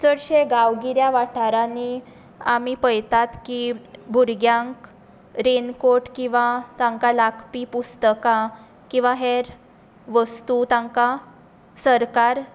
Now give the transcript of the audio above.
चडशे गांवगिऱ्या वाठारांनी आमी पळयता की भुरग्यांक रेनकोट किंवां तांकां लागपी पुस्तकां किंवां हेर वस्तू तांकां सरकार